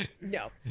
no